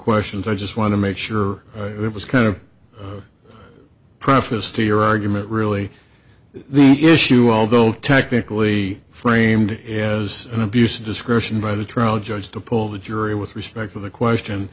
questions i just want to make sure it was kind of a preface to your argument really the issue although technically framed as an abuse of discretion by the trial judge to poll the jury with respect to the question